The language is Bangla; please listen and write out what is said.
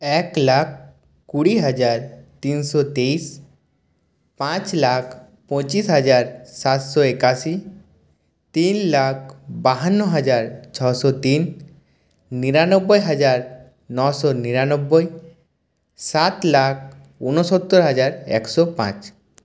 এক লাখ কুড়ি হাজার তিনশো তেইশ পাঁচ লাখ পঁচিশ হাজার সাতশো একাশি তিন লাখ বাহান্ন হাজার ছশো তিন নিরানব্বই হাজার নশো নিরানব্বই সাত লাখ ঊনসত্তর হাজার একশো পাঁচ